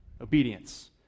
Obedience